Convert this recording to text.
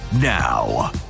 now